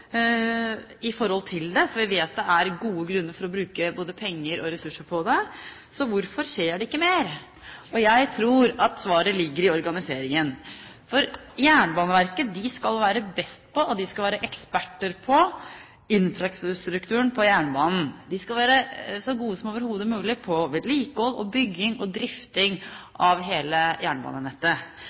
det, og vi vet det er gode grunner for å bruke både penger og ressurser på det, hvorfor skjer det ikke mer? Jeg tror at svaret ligger i organiseringen. For Jernbaneverket skal være best på og være eksperter på infrastrukturen på jernbanen. De skal være så gode som overhodet mulig på vedlikehold og bygging og drifting av hele jernbanenettet.